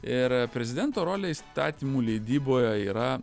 ir prezidento rolė įstatymų leidyboje yra